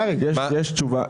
היום מוצאים את זה בפחות.